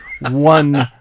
one